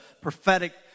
prophetic